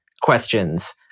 questions